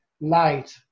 light